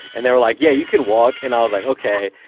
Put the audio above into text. and they were like, yeah you can walk, and i was like, okay.